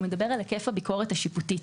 מדבר על היקף הביקורת השיפוטית.